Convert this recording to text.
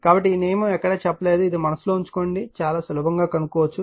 కాబట్టి ఈ నియమం ఎక్కడ చెప్ప లేదు ఇది మనస్సులో ఉంచుకోండి చాలా సులభం గా కనుగొనవచ్చు